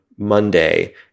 Monday